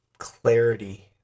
clarity